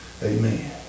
Amen